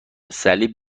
صلیب